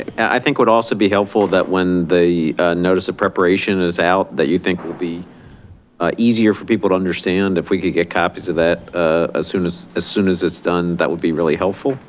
i think would also be helpful that when the notice of preparation is out that you think will be easier for people to understand if we could get copies of that ah as as soon as it's done that would be really helpful.